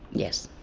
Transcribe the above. yes,